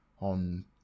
on